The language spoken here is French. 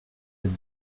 êtes